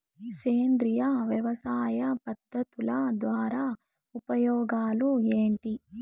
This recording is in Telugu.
సేంద్రియ వ్యవసాయ పద్ధతుల ద్వారా ఉపయోగాలు ఏంటి?